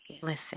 listen